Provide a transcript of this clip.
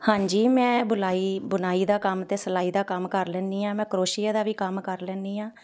ਹਾਂਜੀ ਮੈਂ ਬੁਲਾਈ ਬੁਣਾਈ ਦਾ ਕੰਮ ਅਤੇ ਸਿਲਾਈ ਦਾ ਕੰਮ ਕਰ ਲੈਂਦੀ ਹਾਂ ਮੈਂ ਕਰੋਸ਼ੀਆ ਦਾ ਵੀ ਕੰਮ ਕਰ ਲੈਂਦੀ ਹਾਂ